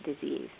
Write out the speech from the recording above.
disease